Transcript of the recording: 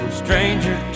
stranger